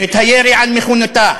את הירי על מכוניתה.